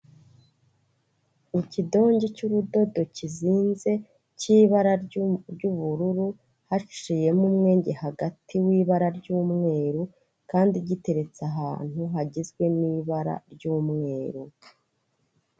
Ikidonge cy'urudodo kizinze cy'ibara ry'ubururu haciyemo umwenge hagati w'ibara ry'umweru kandi giteretse ahantu hagizwe n'ibara ry'umweru.